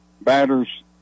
batters